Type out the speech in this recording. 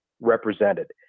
represented